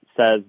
says